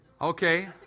Okay